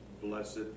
blessed